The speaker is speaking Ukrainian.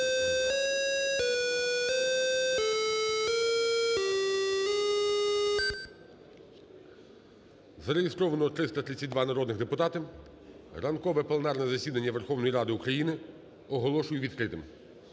Зареєстровано 332 народних депутати. Ранкове пленарне засідання Верховної Ради України оголошую відкритим.